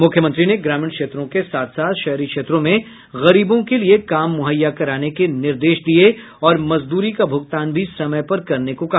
मुख्यमंत्री ने ग्रामीण क्षेत्रों के साथ साथ शहरी क्षेत्रों में गरीबों के लिए काम मुहैया कराने के निर्देश दिये और मजदूरी का भुगतान भी समय पर करने को कहा